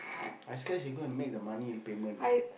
I scared he go and make the money payment ah